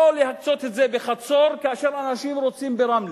לא להקצות את זה בחצור כאשר אנשים רוצים ברמלה.